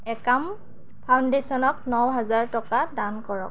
একাম ফাউণ্ডেশ্যনক ন হাজাৰ টকা দান কৰক